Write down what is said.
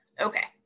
okay